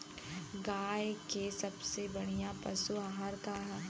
गाय के सबसे बढ़िया पशु आहार का ह?